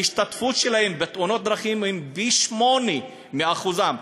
ההשתתפות שלהם בתאונות דרכים היא פי-שמונה מהאחוז שלהם.